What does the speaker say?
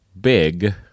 big